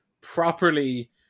properly